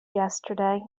yesterday